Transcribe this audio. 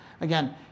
Again